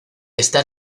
estar